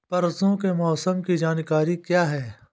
परसों के मौसम की जानकारी क्या है?